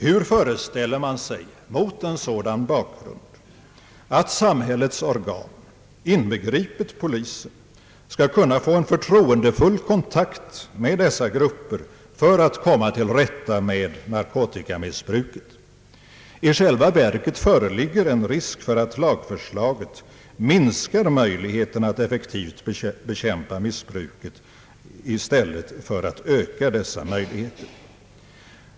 Hur föreställer man sig mot en sådan bakgrund att samhällets organ, inbegripet polisen, skall kunna få en förtroendefull kontakt med dessa grupper för att komma till rätta med narkotikamissbruket? I själva verket föreligger en risk för att lagförslaget minskar möjligheterna att effektivt bekämpa missbruket i stället för att öka dessa möjligheter.